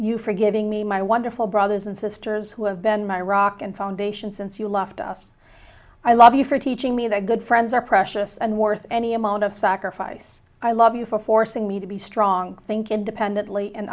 you for giving me my wonderful brothers and sisters who have been my rock and foundation since you left us i love you for teaching me that good friends are precious and worth any amount of sacrifice i love you for forcing me to be strong think independently and